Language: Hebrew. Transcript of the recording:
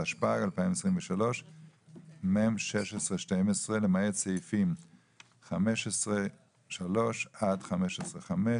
התשפ"ג-2023 מ/1612 (למעט סעיפים 15(3) עד 15(5),